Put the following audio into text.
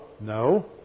No